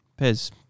Pez